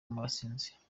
basinze